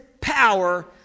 power